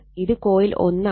ഇത് കോയിൽ 1 ആണ്